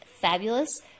fabulous